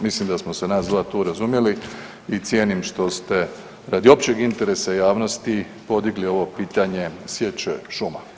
Mislim da smo se nas dvoje tu razumjeli i cijenim što ste radi općeg interesa javnosti podigli ovo pitanje sječe šuma.